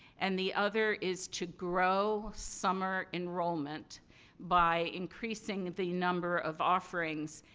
and, the other is to grow summer enrollment by increasing the number of offerings.